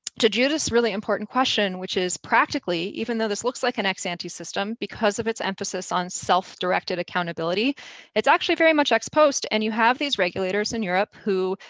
to judith's really important question which is, practically, even though this looks like an ex-ante system because of its emphasis on self-directed accountability it's actually very much ex-post and you have these regulators in europe who,